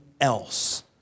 else